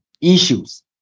issues